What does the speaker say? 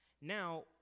Now